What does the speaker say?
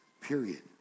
period